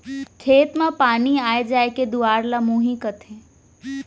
खेत म पानी आय जाय के दुवार ल मुंही कथें